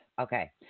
Okay